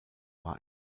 war